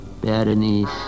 Berenice